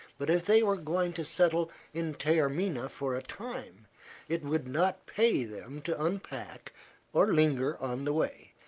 but if they were going to settle in taormina for a time it would not pay them to unpack or linger on the way.